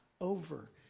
over